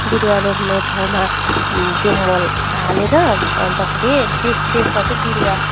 बिरुवा रोप्ने ठाउँमा त्यो मल हालेर अन्तखेरि त्यस त्यसमा चाहिँ बिरुवा